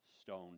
stone